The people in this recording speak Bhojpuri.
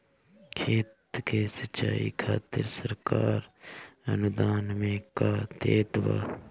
खेत के सिचाई खातिर सरकार अनुदान में का देत बा?